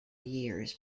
years